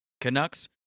Canucks